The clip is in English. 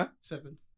Seven